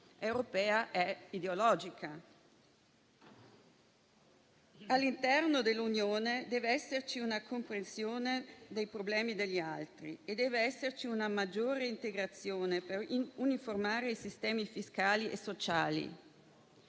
All'interno dell'Unione deve esserci una comprensione dei problemi degli altri e deve esserci una maggiore integrazione per uniformare i sistemi fiscali e sociali.